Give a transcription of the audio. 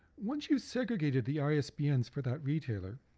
once you've segregated the ah isbns for that retailer,